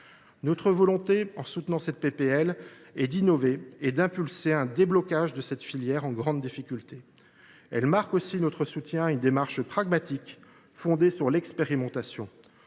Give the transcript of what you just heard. Notre volonté, en soutenant cette proposition de loi, est d’innover et d’enclencher un déblocage de cette filière en grande difficulté. Ce texte marque aussi notre soutien à une démarche pragmatique, fondée sur l’expérimentation.